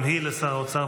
גם היא לשר האוצר,